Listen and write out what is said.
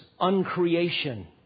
uncreation